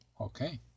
Okay